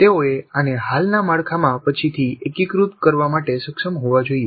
તેઓએ આને હાલના માળખામાં પછીથી એકીકૃત કરવા માટે સક્ષમ હોવા જોઈએ